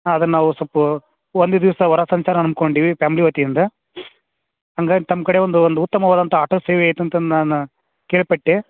ಹಾಂ ಅದನ್ನ ನಾವು ಸೊಲ್ಪ ಒಂದೇ ದಿವಸ ವರ ಸಂಚಾರ ಅನ್ಕೊಂಡೀವಿ ಫ್ಯಾಮ್ಲಿ ವತಿಯಿಂದ ಹಂಗಾಗಿ ತಮ್ಮ ಕಡೆ ಒಂದು ಒಂದು ಉತ್ತಮವಾದ ಆಟೋ ಸೇವೆ ಐತಂತಂದು ನಾನು ಕೇಳ್ಪಟ್ಟೆ